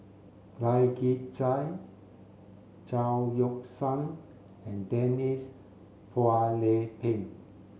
Lai Kew Chai Chao Yoke San and Denise Phua Lay Peng